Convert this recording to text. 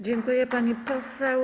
Dziękuję, pani poseł.